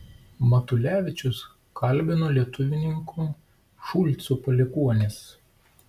matulevičius kalbino lietuvininkų šulcų palikuonis